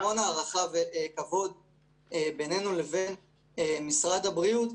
יש המון הערכה וכבוד בינינו לבין משרד הבריאות,